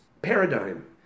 paradigm